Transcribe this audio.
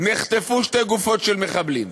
נחטפו שתי גופות של חיילים.